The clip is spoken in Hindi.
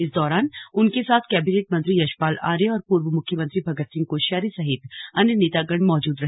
इस दौरान उनके साथ कैबिनेट मंत्री यशपाल आर्य और पूर्व मुख्यमंत्री भगत सिंह कोश्यारी सहित अन्य नेतागण मौजूद रहे